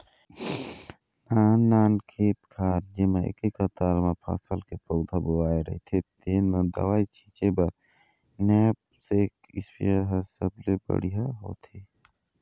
नाननान खेत खार जेमा एके कतार म फसल के पउधा बोवाए रहिथे तेन म दवई छिंचे बर नैपसेक इस्पेयर ह सबले बड़िहा होथे